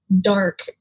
dark